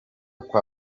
kwa